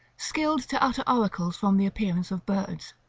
skilled to utter oracles from the appearance of birds,